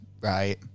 Right